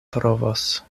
trovos